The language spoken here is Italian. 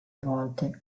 volte